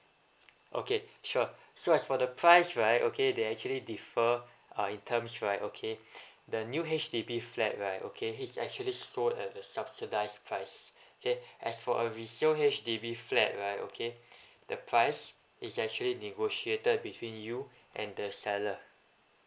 okay sure so as for the price right okay they actually differ uh in terms right okay the new H_D_B flat right okay it's actually sold at a subsidised price okay as for a resale H_D_B flat right okay the price is actually negotiated between you and the seller